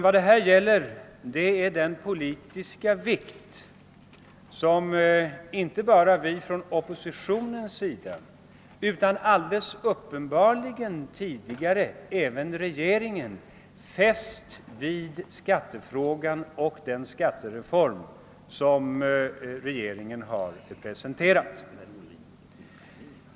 Vad det gäller är den politiska vikt, som inte bara vi i oppositionen utan alldeles uppenbart även regeringen tidigare har fäst vid skattefrågan och den skattereform, som regeringen presenterat.